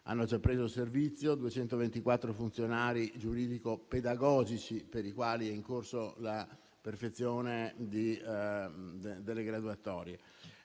hanno già preso servizio e per 224 funzionari giuridico-pedagogici è in corso la perfezione delle graduatorie.